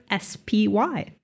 SPY